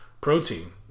protein